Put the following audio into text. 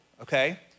okay